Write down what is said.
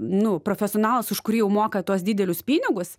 nu profesionalas už kurį jau moka tuos didelius pinigus